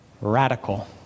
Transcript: radical